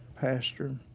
pastor